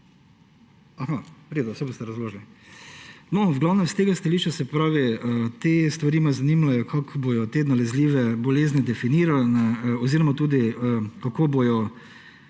saj boste razložili. V glavnem s tega stališča me te stvari zanimajo, kako bodo te nalezljive bolezni definirane oziroma tudi kako se